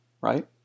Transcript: right